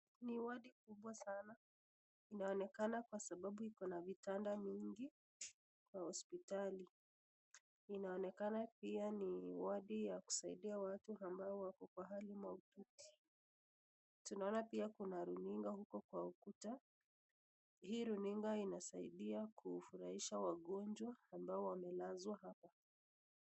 Ni wadi kubwa sana inaonekana kwa sababu iko na vitanda mingi kwa hospitali, inaonekana pia ni wadi ya kusaidia watu ambao wako kwa hali maututi tunaona pia kuna runinga huko kwa ukuta, hii runinga inasaidia kuwafurahisha wagongwa ambao wamelazwa hapa.